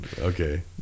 okay